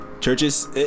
churches